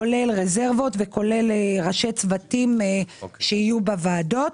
כולל רזרבות וכולל ראשי צוותים שיהיו בוועדות,